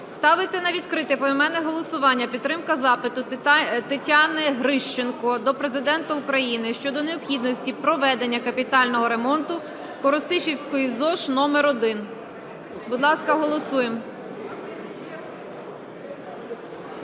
Ставиться на відкрите поіменне голосування підтримка запиту Тетяни Грищенко до Президента України щодо необхідності проведення капітального ремонту Коростишівської ЗОШ №1. Будь ласка, голосуємо.